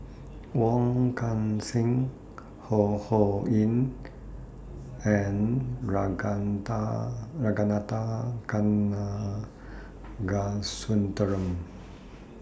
Wong Kan Seng Ho Ho Ying and Ragunathar Kanagasuntheram